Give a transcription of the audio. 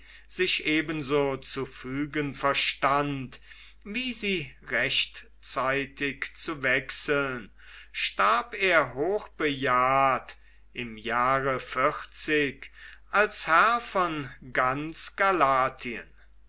sich ebenso zu fügen verstand wie sie rechtzeitig zu wechseln starb er hochbejahrt im jahre als herr von ganz galatien